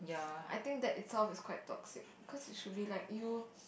I think that itself is quite toxic cause you should be like you